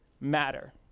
matter